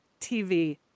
TV